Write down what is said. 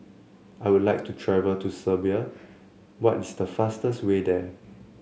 I would like to travel to Serbia what is the fastest way there